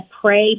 pray